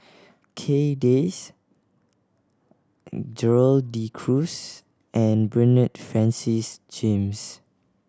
Kay Das Gerald De Cruz and Bernard Francis James